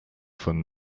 von